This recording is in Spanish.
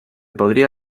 podría